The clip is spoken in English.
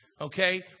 Okay